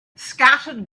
scattered